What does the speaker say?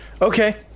Okay